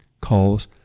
calls